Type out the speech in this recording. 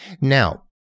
Now